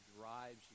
drives